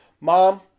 mom